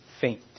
faint